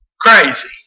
crazy